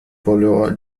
verlor